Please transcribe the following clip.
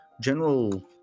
general